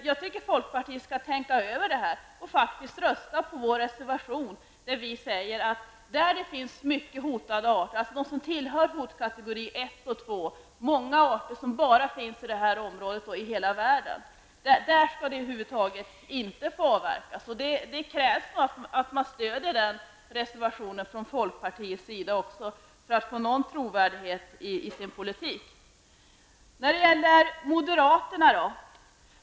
Jag tycker att folkpartiet skall tänka över detta och rösta för vår reservation, där vi föreslår att områden som är unika lokaler för arter som tillhör kategori 1 och 2, över huvud taget inte skall få avverkas. Det krävs av folkpartiet att man stödjer den reservationen för att partiets politik skall få någon trovärdighet. Så till moderaterna.